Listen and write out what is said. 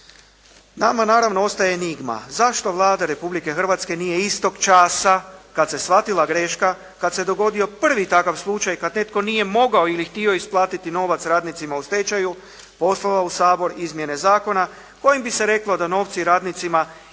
Nama naravno ostaje enigma zašto Vlada Republike Hrvatske nije istog časa kad se shvatila greška, kad se dogodio prvi takav slučaj kad netko nije mogao ili htio isplatiti novac radnicima u stečaju, poslala u Sabor izmjene zakona kojim bi se reklo da novci radnicima idu na